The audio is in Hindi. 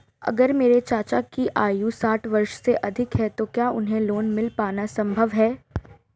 अगर मेरे चाचा की आयु साठ वर्ष से अधिक है तो क्या उन्हें लोन मिल पाना संभव है?